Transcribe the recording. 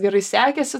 gerai sekėsi